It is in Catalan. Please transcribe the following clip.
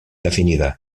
definida